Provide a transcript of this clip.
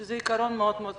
שהוא עיקרון מאוד מאוד חשוב,